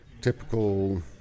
typical